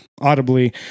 audibly